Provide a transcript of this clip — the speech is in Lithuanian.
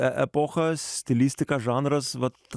epochą stilistiką žanras vat